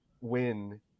win